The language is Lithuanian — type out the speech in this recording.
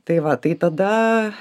tai va tai tada